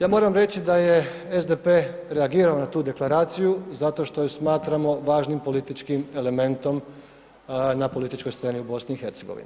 Ja moram reći da je SDP reagirao na tu deklaraciju zato što je smatramo važnim političkim elementom na političkoj sceni u BiH.